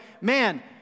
man